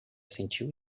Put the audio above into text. sentiu